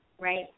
right